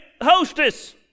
hostess